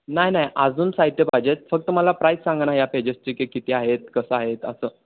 नाही नाही अजून साहित्य पाहिजे फक्त मला प्राईस सांगा ना ह्या पेजेसचे किती आहेत कसं आहेत असं